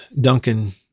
Duncan